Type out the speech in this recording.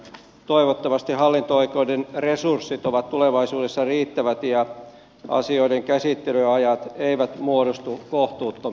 toivottavasti hallinto oikeuden resurssit ovat tulevaisuudessa riittävät ja asioiden käsittelyajat eivät muodostu kohtuuttomiksi